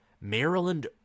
Maryland